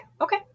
okay